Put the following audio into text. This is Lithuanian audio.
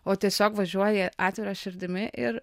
o tiesiog važiuoji atvira širdimi ir